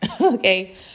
okay